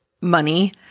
money